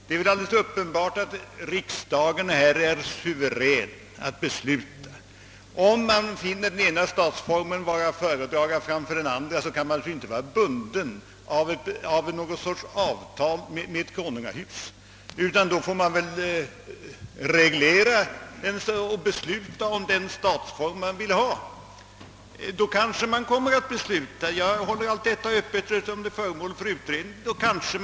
Det är alldeles uppenbart att riksdagen härvidlag är suverän att besluta. Om man finner den ena statsformen vara att föredraga framför den andra kan man naturligtvis inte vara bunden av något slags avtal med ett konungahus, utan man får fatta beslut om den statsform man vill ha. Kanske beslutar man sig då — jag håller allt detta öppet, eftersom det är föremål för utredning — för monarki.